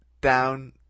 Down